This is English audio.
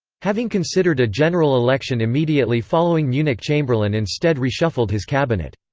having considered a general election immediately following munich chamberlain instead reshuffled his cabinet.